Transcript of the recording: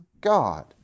God